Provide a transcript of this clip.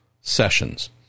sessions